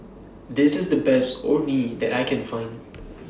This IS The Best Orh Nee that I Can Find